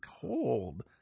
cold